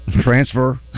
transfer